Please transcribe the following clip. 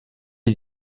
est